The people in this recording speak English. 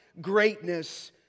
greatness